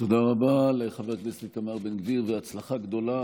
תודה רבה לחבר הכנסת איתמר בן גביר, והצלחה גדולה